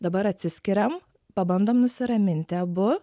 dabar atsiskiriam pabandom nusiraminti abu